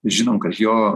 žinom kad jo